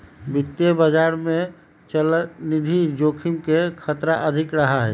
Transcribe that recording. वित्तीय बाजार में चलनिधि जोखिम के खतरा अधिक रहा हई